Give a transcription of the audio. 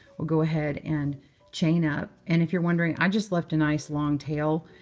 we'll go ahead and chain up. and if you're wondering, i just left a nice long tail,